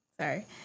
Sorry